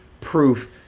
proof